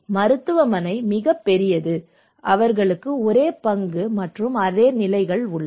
மருத்துவமனை மிகப் பெரியது அவர்களுக்கு ஒரே பங்கு மற்றும் அதே நிலைகள் உள்ளன